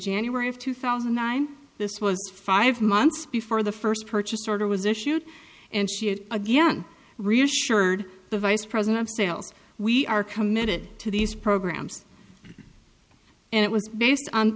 january of two thousand and nine this was five months before the first purchase order was issued and she again reassured the vice president of sales we are committed to these programs and it was based